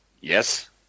yes